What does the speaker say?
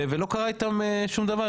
ולא קרה איתם שום דבר,